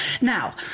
Now